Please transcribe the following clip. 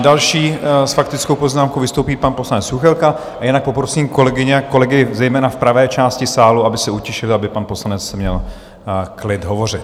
Další s faktickou poznámkou vystoupí pan poslanec Juchelka a jinak poprosím kolegyně a kolegy, zejména v pravé části sálu, aby se utišili, aby pan poslanec měl klid hovořit.